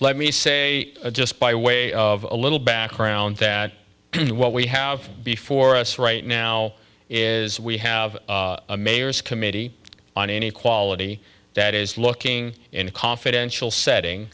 let me say just by way of a little background that what we have before us right now is we have a mayor's committee on any quality that is looking in a confidential setting